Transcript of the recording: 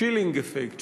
chilling effect,